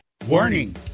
Warning